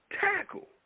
tackle